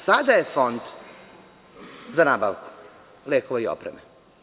Sada je Fond za nabavku lekova i opreme.